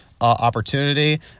opportunity